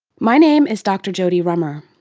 my name is dr jodie rummer.